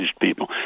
people